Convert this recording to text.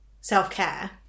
self-care